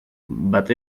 but